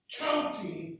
counting